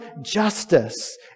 justice